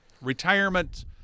retirement